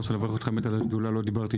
זה אמנם לא קשור,